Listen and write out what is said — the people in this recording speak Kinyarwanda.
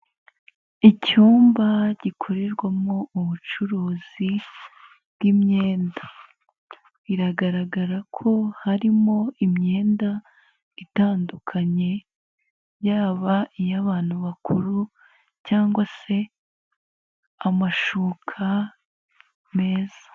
Icyumba gikorerwamo ubucuruzi bw'imyenda, biragaragara ko harimo imyenda itandukanye yaba iy'abantu bakuru cyangwa se amashuka meza.